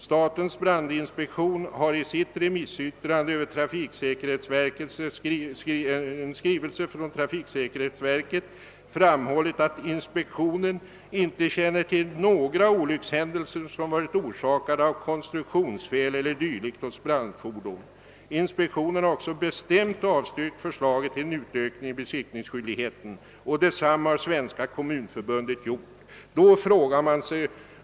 Statens brandinspektion har i sitt remissyttrande över trafiksäkerhetsverkets skrivelse framhållit att inspektionen inte känner till några olyckshändelser som varit orsakade av konstruktionsfel e. d. hos brandfordon. Inspektionen har också bestämt avstyrkt förslaget om en utökning av besiktningsskyldigheten, och detsamma har Svenska kommunförbundet gjort.